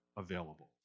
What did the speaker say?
Available